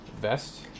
vest